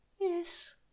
Yes